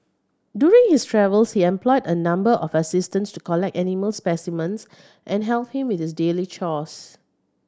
during his travels he employed a number of assistants to collect animal specimens and help him with his daily chores